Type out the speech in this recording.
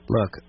Look